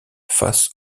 face